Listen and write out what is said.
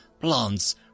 plants